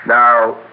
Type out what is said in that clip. Now